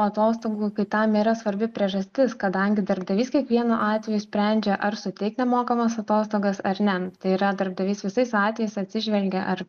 atostogų kai tam yra svarbi priežastis kadangi darbdavys kiekvienu atveju sprendžia ar suteikt nemokamas atostogas ar ne tai yra darbdavys visais atvejais atsižvelgia ar